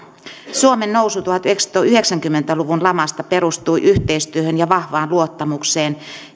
suomen nousu tuhatyhdeksänsataayhdeksänkymmentä luvun lamasta perustui yhteistyöhön ja vahvaan luottamukseen